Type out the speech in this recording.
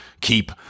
keep